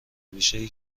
بیشهای